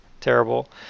terrible